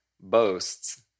boasts